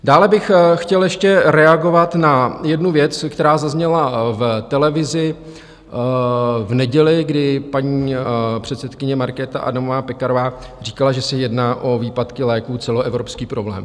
Dále bych chtěl ještě reagovat na jednu věc, která zazněla v televizi v neděli, kdy paní předsedkyně Markéta Adamová Pekarová říkala, že se jedná o výpadky léků, celoevropský problém.